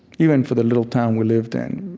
even for the little town we lived in.